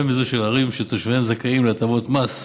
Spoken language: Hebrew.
מזו של ערים שתושביהן זכאים להטבות מס.